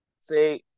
say